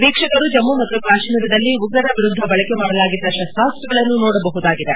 ವೀಕ್ಷಕರು ಜಮ್ಮು ಮತ್ತು ಕಾಶ್ಮೀರದಲ್ಲಿ ಉಗ್ರರ ವಿರುದ್ದ ಬಳಕೆ ಮಾದಲಾಗಿದ್ದ ಶಸ್ತಾಸ್ತ್ರಗಳನ್ನು ನೋಡಬಹುದಾಗಿದೆ